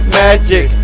magic